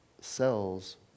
cells